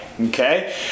okay